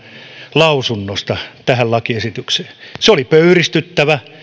lausunnosta tähän lakiesitykseen se oli pöyristyttävä